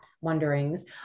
wonderings